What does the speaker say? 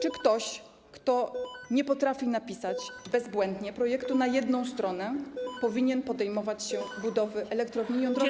Czy ktoś, kto nie potrafi napisać bezbłędnie projektu na jedną stronę, powinien podejmować się budowy elektrowni jądrowej w Polsce?